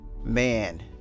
man